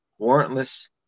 warrantless